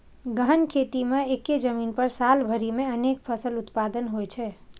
गहन खेती मे एक्के जमीन पर साल भरि मे अनेक फसल उत्पादन होइ छै